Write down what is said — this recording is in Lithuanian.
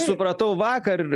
supratau vakar